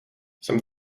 jsem